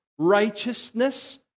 righteousness